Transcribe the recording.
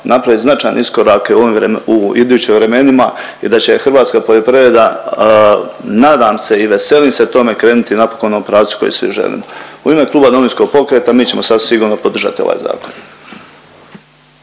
napravit značajne iskorake u idućim vremenima i da će hrvatska poljoprivreda nadam se i veselim se tome krenuti napokon u onom pravcu koji svi želimo. U ime Kluba Domovinskog pokreta mi ćemo sasvim sigurno podržati ovaj zakon.